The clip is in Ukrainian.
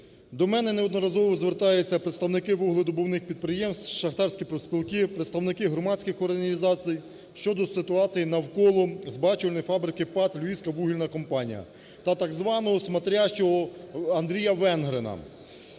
до мене неодноразово звертаються представники вугледобувних підприємств, шахтарські профспілки, представники громадських організацій щодо ситуації навколо збагачувальної фабрики ПАТ "Львівська вугільна компанія" та так званого смотрящего Андрія Венгрина.